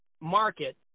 market